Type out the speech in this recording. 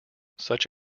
such